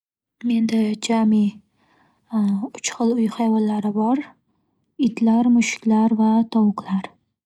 Menda jami uch xil uy hayvonlari bor: itlar, mushuklar va tovuqlar.